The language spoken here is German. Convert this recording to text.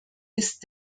ist